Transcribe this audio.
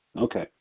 Okay